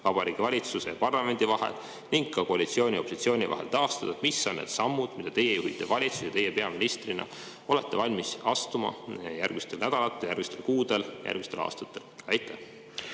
Vabariigi Valitsuse ja parlamendi vahel ning ka koalitsiooni ja opositsiooni vahel? Mis on need sammud, mida teie juhitud valitsus ja teie peaministrina olete valmis astuma järgmistel nädalatel, järgmistel kuudel, järgmistel aastatel? Aitäh!